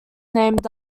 named